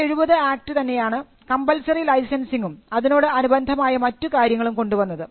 1970 act തന്നെയാണ് compulsory ലൈസൻസിംഗും അതിനോട് അനുബന്ധമായ മറ്റു കാര്യങ്ങളും കൊണ്ടുവന്നത്